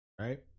right